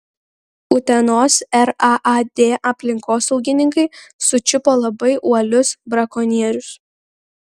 utenos raad aplinkosaugininkai sučiupo labai uolius brakonierius